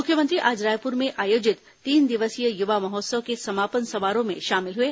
मुख्यमंत्री आज रायपुर में आयोजित तीन दिवसीय युवा महोत्सव के समापन समारोह में शामिल हुए